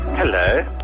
Hello